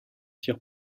tire